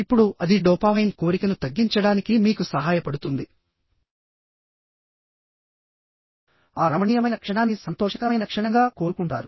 ఇప్పుడు అది డోపామైన్ కోరికను తగ్గించడానికి మీకు సహాయపడుతుంది ఆ రమణీయమైన క్షణాన్ని సంతోషకరమైన క్షణంగా కోరుకుంటారు